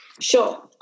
Sure